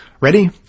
Ready